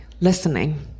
listening